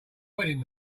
wedding